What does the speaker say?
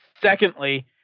secondly